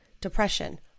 depression